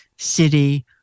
City